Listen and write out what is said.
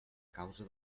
causa